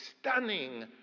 stunning